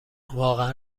واقعا